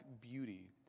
beauty